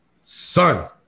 Son